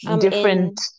different